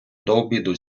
обіду